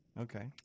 Okay